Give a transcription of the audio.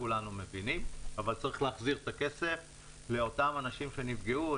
כולנו מבינים אבל צריך להחזיר את הכסף לאותם אנשים שנפגעו.